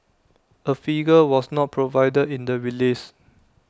A figure was not provided in the release